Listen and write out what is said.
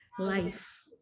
life